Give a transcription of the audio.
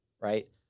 right